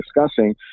discussing